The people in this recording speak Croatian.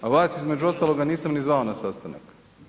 A vas između ostaloga nisam ni zvao na sastanak.